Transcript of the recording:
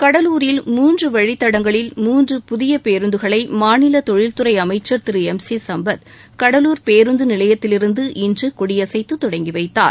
கடலூரில் மூன்று வழித்தடங்களில் மூன்று புதிய பேருந்துகளை மாநில தொழில்துறை அமைச்சர் திரு எம் சி சம்பத் கடலூர் பேருந்து நிலையத்திலிருந்து இன்று கொடியசைத்து தொடங்கிவைத்தார்